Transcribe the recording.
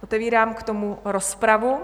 Otevírám k tomu rozpravu.